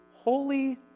holy